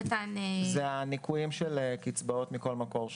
זה הניכויים של קצבאות מכל מקור שהוא,